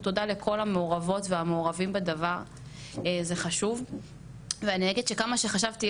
תודה לכל המעורבות והמעורבים בדבר זה חשוב ואני אגיד שכמה שחשבתי